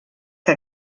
que